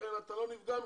ולכן אתה לא נפגע מזה.